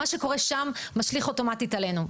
מה שקורה שם משליך אוטומטית עלינו.